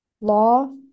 Law